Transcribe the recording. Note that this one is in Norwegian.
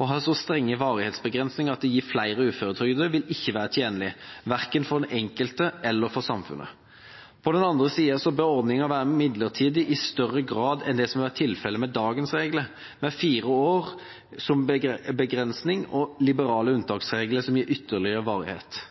Å ha så strenge varighetsbegrensninger at det gir flere uføretrygdede, vil ikke være tjenlig verken for den enkelte eller for samfunnet. På den andre siden bør ordningen være midlertidig i større grad enn det som har vært tilfellet med dagens regler, med fire år som begrensning og liberale unntaksregler som gir ytterligere varighet.